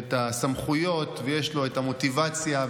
את הסמכויות ויש לו את המוטיבציה,